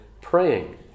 praying